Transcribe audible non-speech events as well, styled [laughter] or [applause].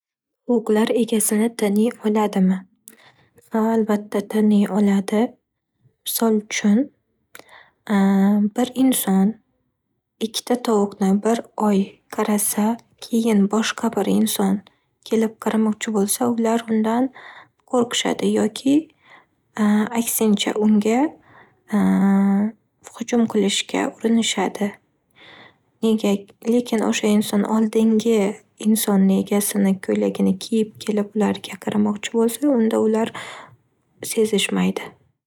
Tovuqlar egasini taniy oladimi? Ha, albatta, taniy oladi. Misol uchun, [hesitation] bir inson ikkita tovuqni bir qarasa, keyin boshqa bir inson kelib qaramoqchi bo'lsa, ular undan qo'rqishadi yoki aksincha unga [hesitation] hujum qilishga urinishadi. Nega-lekin osha inson oldingi insonni, egasini ko'ylagini kiyib kelib ularga qaramoqchi bo'lsa, unda ular sezishmaydi.